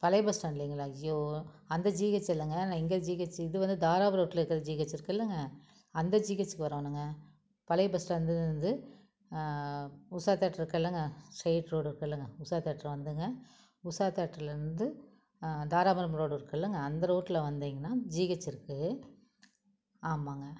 பழைய பஸ் ஸ்டாண்டுலைங்களா ஐய்யோ அந்த ஜிஹச் இல்லைங்க நான் இந்த ஜிஹச் இது வந்து தாராபுரத்தில் இருக்கிற ஜிஹச் இருக்கில்லங்க அந்த ஜிஹச்க்கு வரணுங்க பழைய பஸ் ஸ்டாண்டுலேருந்து உஷா தியேட்டர் இருக்குதில்லங்க ஸ்ட்ரெயிட் ரோடு இருக்குதில்லங்க உஷா தியேட்டர் வந்துங்க உஷா தியேட்டர்லருந்து தாராபுரம் ரோடு இருக்குதில்லங் அந்த ரோட்டில் வந்திங்கனால் ஜிஹச் இருக்குது ஆமாங்க